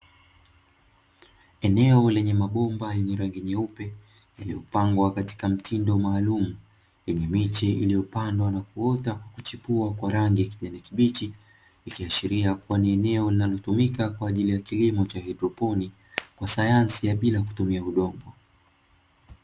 Eneo lenye mabomba yenye rangi nyeupe, yaliyopangwa katika mtindo maalumu, yenye miche iliyopandwa na kuota kwa kuchipua kwa rangi ya kijani kibichi. Ikiashiria kuwa ni eneo linalotumika kwa ajili ya kilimo cha haidroponi, kwa sayansi ya bila kutumia udongo.